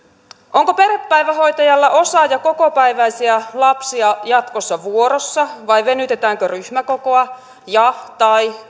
onko perhepäivähoitajalla osa ja kokopäiväisiä lapsia jatkossa vuorossa vai venytetäänkö ryhmäkokoa ja tai